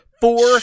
four